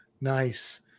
Nice